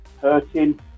hurting